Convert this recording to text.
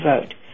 vote